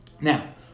Now